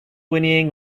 whinnying